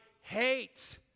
hate